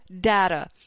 data